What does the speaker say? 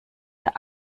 der